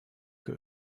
que